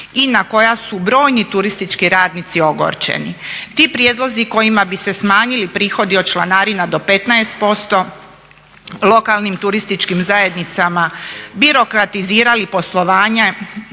i na koja su brojni turistički radnici ogorčeni. Ti prijedlozi kojima bi se smanjili prihodi od članarina do 15%, lokalnim turističkim zajednicama birokratizirali poslovanje